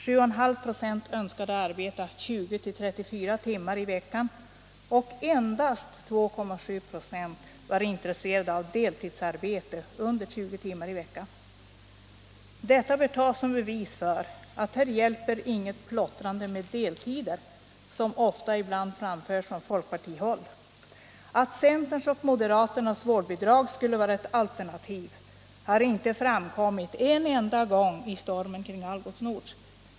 7,5 26 önskade arbeta 20-34 timmar i veckan och endast 2,7 26 var intresserade av deltidsarbete — under 20 timmar i veckan. Det bör tas som bevis för att här hjälper inget plottrande med deltider, ett förslag som ofta framförts från folkpartihåll. Att centerns och moderaternas vårdbidrag skulle vara ett alternativ har inte framkommit en enda gång i stormen kring Algots Nord.